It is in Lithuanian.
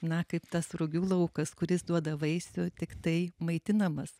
na kaip tas rugių laukas kuris duoda vaisių tiktai maitinamas